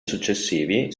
successivi